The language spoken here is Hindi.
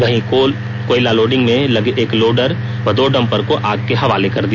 वही कोयला लोडिंग में लगे एक लोडर व दो डम्पर को आग के हवाले कर दिया